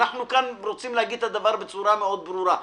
אנחנו רוצים להגיד כאן בצורה ברורה מאוד.